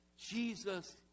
Jesus